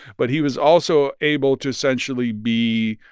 but he was also able to essentially be,